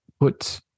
put